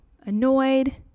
Annoyed